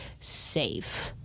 safe